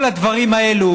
כל הדברים האלה